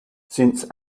since